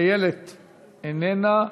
איילת איננה.